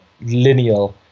lineal